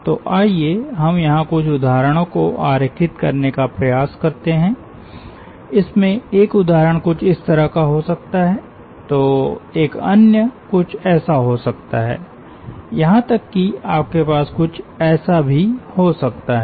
तो आइए हम यहां कुछ उदाहरणों को आरेखित करने का प्रयास करते है इसमें एक उदाहरण कुछ इस तरह का हो सकता है तो एक अन्य कुछ ऐसा हो सकता है यहां तक कि आपके पास कुछ ऐसा भी हो सकता है